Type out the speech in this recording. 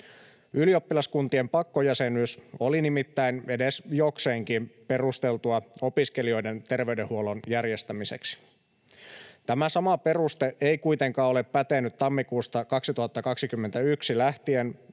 Ylioppilaskuntien pakkojäsenyys oli nimittäin edes jokseenkin perusteltua opiskelijoiden terveydenhuollon järjestämiseksi. Tämä sama peruste ei kuitenkaan ole pätenyt tammikuusta 2021 lähtien,